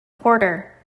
quarter